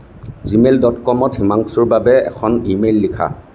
Gmail dot কমত হিমাংশুৰ বাবে এখন ইমেইল লিখা